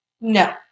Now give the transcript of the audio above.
No